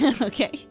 Okay